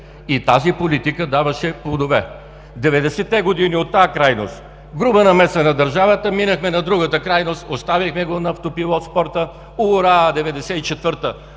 и тази политика даваше плодове. В 90-те години от тази крайност – груба намеса на държавата, минахме на другата крайност – оставихме го на автопилот, спорта. Урааа!